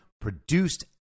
produced